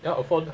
ya of course lah